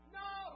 no